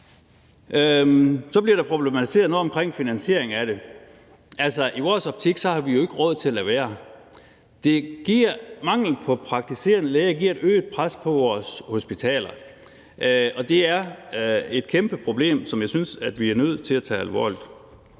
Så bliver der problematiseret noget omkring finansieringen af det, og altså, i vores optik har vi jo ikke råd til at lade være. Manglen på praktiserende læger giver et øget pres på vores hospitaler, og det er et kæmpe problem, som jeg synes vi er nødt til at tage alvorligt.